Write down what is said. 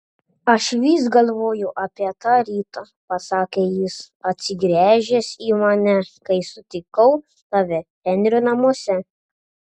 aš vis galvoju apie tą rytą pasakė jis atsigręžęs į mane kai sutikau tave henrio namuose